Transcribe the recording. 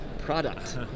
product